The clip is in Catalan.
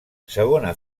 segona